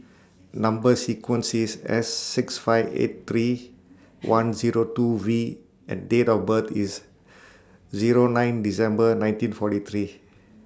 Number sequence IS S six five eight three one Zero two V and Date of birth IS Zero nine December nineteen forty three